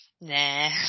Nah